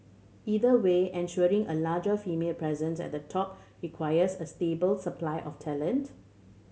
either way ensuring a larger female presence at the top requires a stable supply of talent